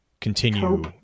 Continue